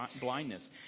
blindness